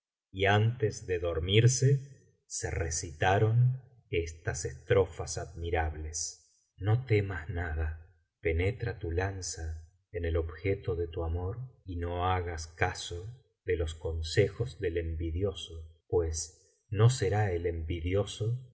y antes de dormirse se recitaron estas estrofas admirables no temas nada penetra tu lanza en el objeto de tu amor y no hagas caso de los consejos del envidioso pues no será el envidioso